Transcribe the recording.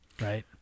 right